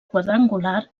quadrangular